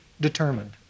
determined